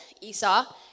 Esau